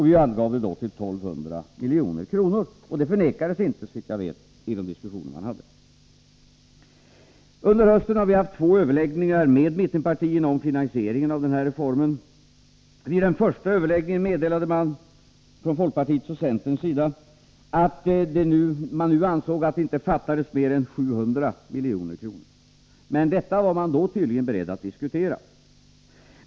Vi angav skillnaden till 1 200 milj.kr. Det förnekades inte, såvitt jag vet, i de diskussioner som vi förde. Under hösten har vi haft två överläggningar med mittenpartierna om finansieringen av denna reform. Vid den första meddelade man från folkpartiets och centerns sida att de nu ansåg att det inte fattades mer än 700 milj.kr. Detta var de då tydligen beredda att diskutera.